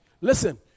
Listen